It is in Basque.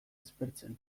aspertzen